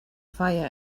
fire